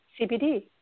CBD